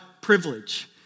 privilege